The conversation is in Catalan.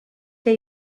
que